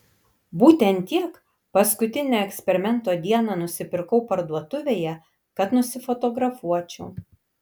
būtent tiek paskutinę eksperimento dieną nusipirkau parduotuvėje kad nusifotografuočiau